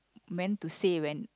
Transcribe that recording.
meant to say when